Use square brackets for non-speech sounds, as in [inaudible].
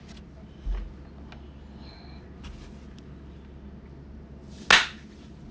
[noise]